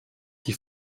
die